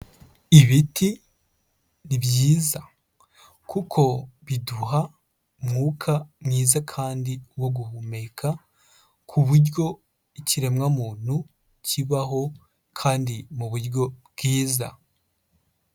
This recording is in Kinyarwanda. Ibiti ni byiza kuko biduha umwuka mwiza kandi wo guhumeka, ku buryo ikiremwamuntu kibaho kandi mu buryo bwiza.